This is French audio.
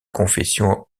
confession